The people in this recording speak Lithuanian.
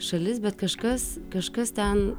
šalis bet kažkas kažkas ten